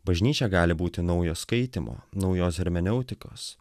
bažnyčia gali būti naujo skaitymo naujos hermeneutikos